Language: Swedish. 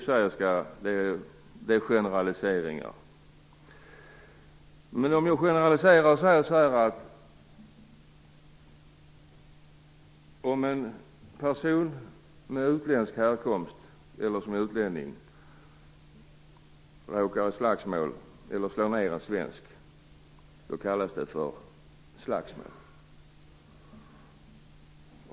Detta är i och för sig generaliseringar, men låt mig då generalisera. Om en person som är av utländsk härkomst eller utlänning slår ned en svensk kallas det för slagsmål.